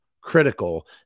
critical